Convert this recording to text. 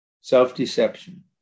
Self-deception